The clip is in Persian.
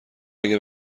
اگه